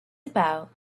about